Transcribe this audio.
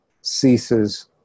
ceases